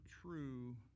true